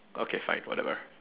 okay fine whatever